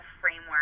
framework